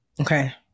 Okay